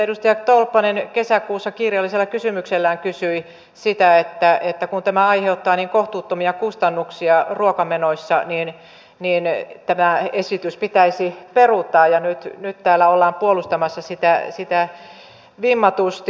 edustaja tolppanen kesäkuussa kirjallisella kysymyksellään kysyi tästä ja totesi että kun tämä aiheuttaa niin kohtuuttomia kustannuksia ruokamenoissa niin tämä esitys pitäisi peruuttaa ja nyt täällä ollaan puolustamassa sitä vimmatusti